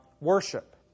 worship